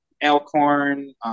elkhorn